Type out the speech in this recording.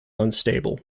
unstable